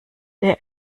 der